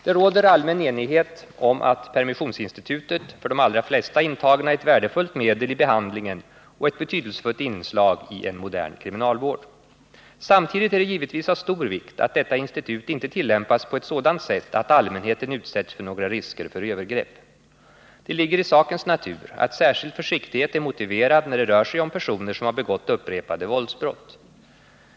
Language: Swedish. Det råder allmän enighet om att permissionsinstitutet för de allra flesta intagna är ett värdefullt medel i behandlingen och ett betydelsefullt inslag i en modern kriminalvård. Samtidigt är det givetvis av stor vikt att detta institut inte tillämpas på ett sådant sätt att allmänheten utsätts för några risker för övergrepp. Det ligger i sakens natur att särskild försiktighet är motiverad när det rör sig om personer som har begått upprepade våldsbrott.